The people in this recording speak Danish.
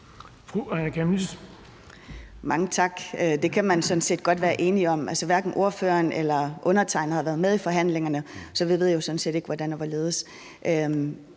Mange tak. Det kan man sådan set godt være enige om. Altså, hverken ordføreren eller undertegnede har jo været med i forhandlingerne, så vi ved jo sådan set ikke,